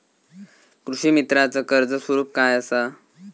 कृषीमित्राच कर्ज स्वरूप काय असा?